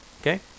Okay